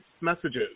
messages